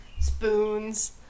spoons